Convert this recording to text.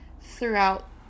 throughout